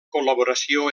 col·laboració